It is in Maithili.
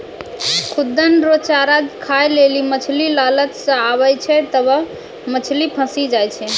खुद्दन रो चारा खाय लेली मछली लालच से आबै छै तबै मछली फंसी जाय छै